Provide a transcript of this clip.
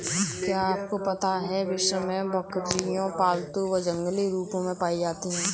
क्या आपको पता है विश्व में बकरियाँ पालतू व जंगली रूप में पाई जाती हैं?